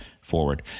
forward